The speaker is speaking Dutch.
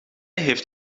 heeft